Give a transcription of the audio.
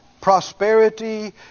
prosperity